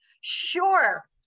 Sure